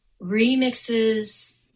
remixes